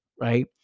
right